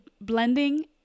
blending